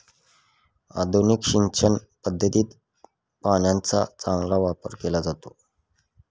आधुनिक सिंचन पद्धतीत पाण्याचा चांगला वापर केला जातो